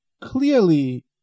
clearly